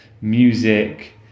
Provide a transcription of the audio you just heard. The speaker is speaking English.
music